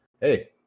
hey